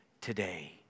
today